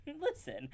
Listen